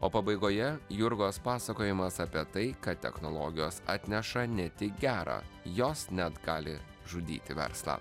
o pabaigoje jurgos pasakojimas apie tai kad technologijos atneša ne tik gerą jos net gali žudyti verslą